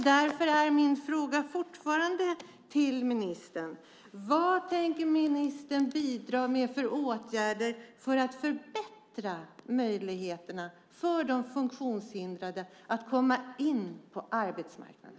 Därför är min fråga till ministern fortfarande: Vilka åtgärder tänker ministern bidra med för att förbättra möjligheterna för de funktionshindrade att komma in på arbetsmarknaden?